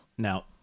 now